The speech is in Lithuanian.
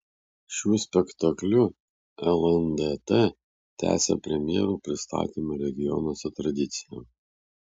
šiuo spektakliu lndt tęsia premjerų pristatymo regionuose tradiciją